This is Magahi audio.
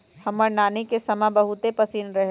हमर नानी के समा बहुते पसिन्न रहै